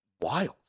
wild